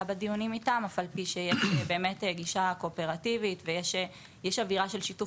בדיונים איתם אף על פי שיש גישה קואופרטיבית ויש אווירה של שיתוף